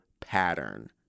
pattern